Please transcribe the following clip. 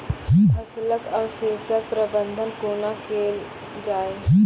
फसलक अवशेषक प्रबंधन कूना केल जाये?